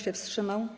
się wstrzymał?